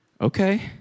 Okay